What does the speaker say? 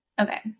Okay